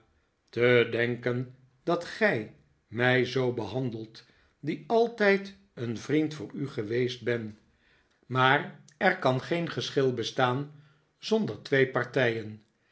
te denken dat gij m ij zoo behandelt die altijd een vriend voor u geweest ben maar er kan geen geschil bestaan zonder twee partijen